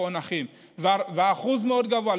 מפוענחים, באחוז מאוד גבוה.